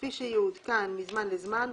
כפי שיעודכן מזמן לזמן,